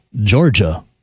Georgia